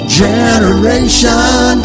generation